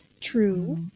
True